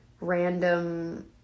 random